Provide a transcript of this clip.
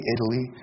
Italy